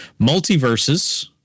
Multiverses